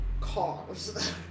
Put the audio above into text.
Cars